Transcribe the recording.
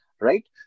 right